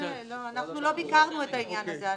אנחנו לא ביקרנו את העניין הזה,